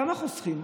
כמה חוסכים?